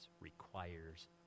requires